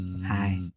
Hi